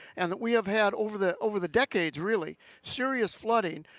and we have had over the over the decades really, serious flooding.